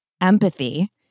Empathy